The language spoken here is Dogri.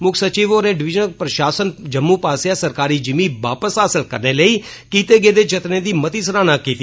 मुक्ख सचिव होरें डिवीजनल प्रषासन जम्मू पास्सेआ सरकारी जिमीं वापस हासल करने लेई कीते गेदे जतनें दी मती सराहना कीती